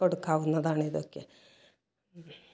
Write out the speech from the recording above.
കൊടുക്കാവുന്നതാണ് ഇതൊക്കെ